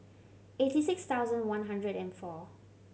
eighty six thousand one hundred and four